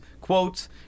quotes